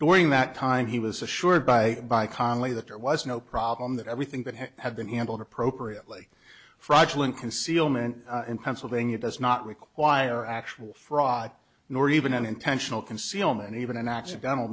during that time he was assured by by connally that there was no problem that everything that had been handled appropriately fraudulent concealment in pennsylvania does not require actual fraud nor even an intentional concealment even an accidental